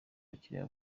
abakiriya